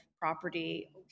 property